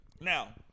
Now